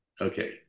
Okay